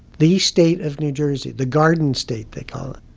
the state of new jersey, the garden state, they call it.